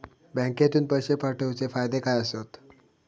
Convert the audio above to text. बँकेतून पैशे पाठवूचे फायदे काय असतत?